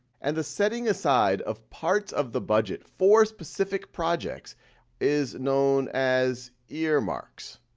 and the setting aside of parts of the budget for specific projects is known as earmarks.